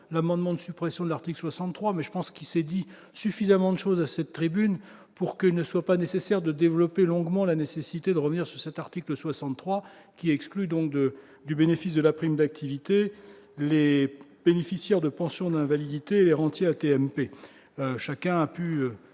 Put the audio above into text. l'amendement de suppression de l'article 63 mais je pense qu'il s'est dit suffisamment de choses à cette tribune pour que ne soit pas nécessaire de développer longuement la nécessité de revenir sur cet article 63 qui exclut donc de du bénéfice de la prime d'activité Les de pension d'invalidité, les rentiers AT-MP, chacun a pu,